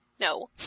No